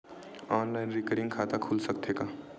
Online recurring खाता खुल सकथे का?